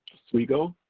oswego,